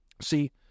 See